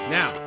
Now